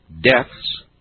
deaths